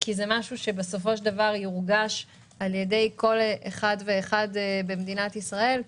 כי זה משהו שבסופו של דבר יורגש על ידי כל אחד ואחד במדינת ישראל,